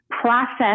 process